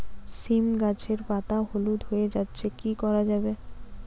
সীম গাছের পাতা হলুদ হয়ে যাচ্ছে কি করা যাবে?